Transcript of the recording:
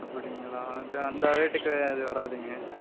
அப்படிங்களா அது அந்த ரேட்டுக்கு அது வராதுங்க